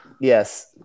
Yes